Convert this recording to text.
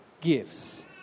gifts